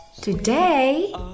Today